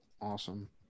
awesome